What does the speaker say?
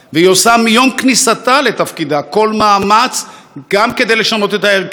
והיא עושה מיום כניסתה לתפקידה כל מאמץ גם לשנות את ההרכב